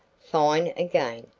fine again,